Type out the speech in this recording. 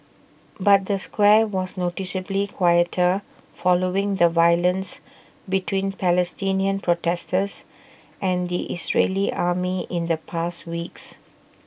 but the square was noticeably quieter following the violence between Palestinian in protesters and the Israeli army in the past weeks